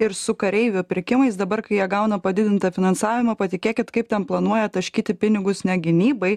ir su kareivių pirkimais dabar kai jie gauna padidintą finansavimą patikėkit kaip ten planuoja taškyti pinigus ne gynybai